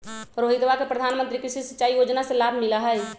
रोहितवा के प्रधानमंत्री कृषि सिंचाई योजना से लाभ मिला हई